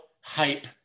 hype